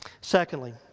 Secondly